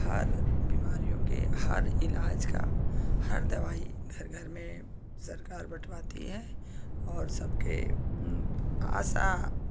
हर बीमारियों के हर इलाज का हर दवाई घर घर में सरकार बटवाती है और सबके आसा